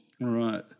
Right